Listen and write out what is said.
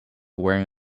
wearing